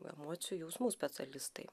emocijų jausmų specialistai